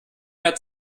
mehr